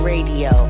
Radio